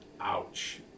ouch